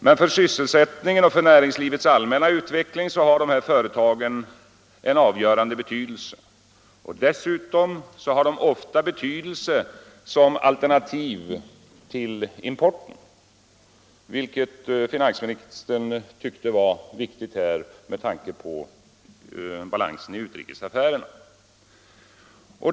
Men för sysselsättningen och för näringslivets allmänna utveckling har de företagen en avgörande betydelse. Och dessutom har de ofta betydelse som alternativ till importen, vilket finansministern tyckte var viktigt med tanke på balansen i utrikesaffärerna.